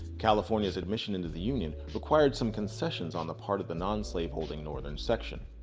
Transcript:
california's admission into the union required some concessions on the part of the non-slaveholding northern section.